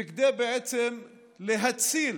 ובעצם כדי להציל